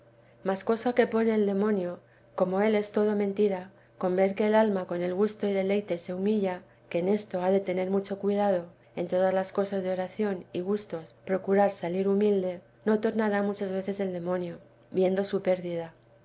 mas cosa que pone el demonio como él es todo mentira con ver que el alma con el gusto y deleite se humilla que en esto ha de tener mucho cuidado en todas las cosas de oracign y gustos procurar salir humilde no tornará muchas veces el demonio viendo su pérdida